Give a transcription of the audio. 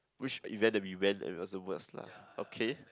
which event that we went and it was the worse lah okay